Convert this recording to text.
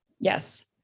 Yes